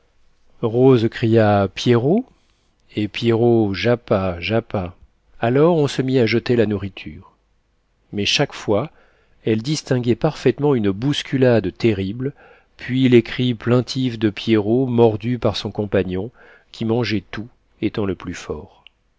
rose cria pierrot et pierrot jappa jappa alors on se mit à jeter la nourriture mais chaque fois elles distinguaient parfaitement une bousculade terrible puis les cris plaintifs de pierrot mordu par son compagnon qui mangeait tout étant le plus fort